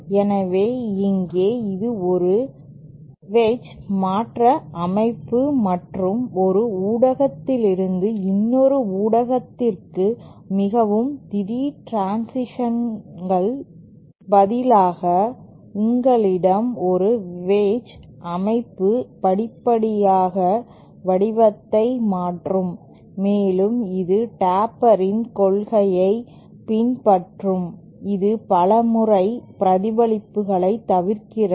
எனவே இங்கே இது ஒரு வேட்ச் மாற்ற அமைப்பு மற்றும் ஒரு ஊடகத்திலிருந்து இன்னொரு ஊடகத்திற்கு மிகவும் திடீர் டிரன்சிஷனிற்கு பதிலாக உங்களிடம் ஒரு வேட்ச் அமைப்பு படிப்படியாக வடிவத்தை மாற்றும் மேலும் இது டேப்பரின் கொள்கையைப் பின்பற்றும் இது பலமுறை பிரதிபலிப்புகளை தவிர்க்கிறது